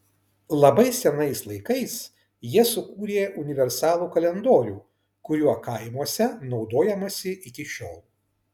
labai senais laikais jie sukūrė universalų kalendorių kuriuo kaimuose naudojamasi iki šiol